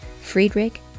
Friedrich